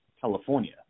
California